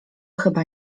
chyba